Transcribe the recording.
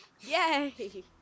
Yay